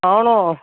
ആണോ